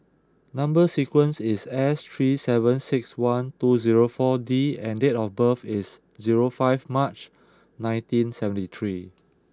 number sequence is S three seven six one two zero four D and date of birth is zero five March nineteen seventy three